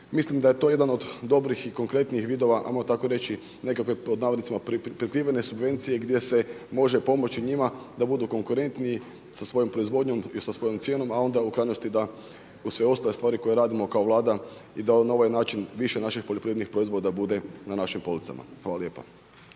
Mislim da je to jedan od dobrih i konkretnijih vidova, ajmo tako reći nekakve pod navodnicima prikrivene subvencije gdje se može pomoći njima da budu konkurentniji sa svojom proizvodnjom i sa svojom cijenom a onda u krajnosti da uz sve ostale stvari koje radimo kao Vlada i da na ovaj način više naših poljoprivrednih proizvoda bude na našim policama. Hvala lijepa.